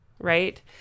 right